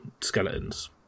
skeletons